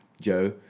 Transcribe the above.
Joe